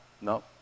no